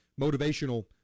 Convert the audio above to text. motivational